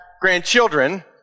grandchildren